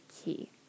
key